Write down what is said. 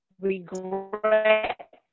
Regret